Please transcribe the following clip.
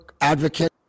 advocate